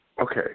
Okay